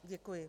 Děkuji.